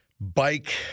bike